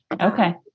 Okay